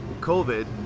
COVID